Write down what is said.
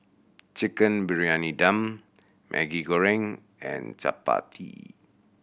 Chicken Briyani Dum Maggi Goreng and chappati